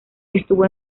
estuvo